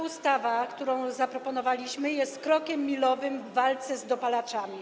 Ustawa, którą zaproponowaliśmy, jest krokiem milowym w walce z dopalaczami.